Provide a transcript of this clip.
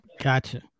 Gotcha